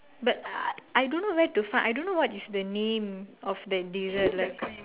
but I I don't know where to find I don't know what is the name of that dessert like